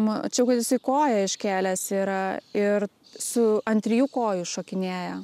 mačiau kad jisai koją iškėlęs yra ir su ant trijų kojų šokinėja